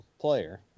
player